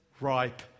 ripe